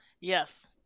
Yes